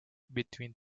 between